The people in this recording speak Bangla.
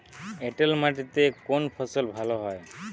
এঁটেল মাটিতে কোন ফসল ভালো হয়?